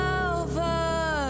over